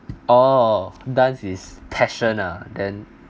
oh dance is passion ah then